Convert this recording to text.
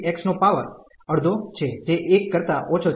જે 1 કરતા ઓછો છે